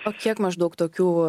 o kiek maždaug tokių